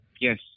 yes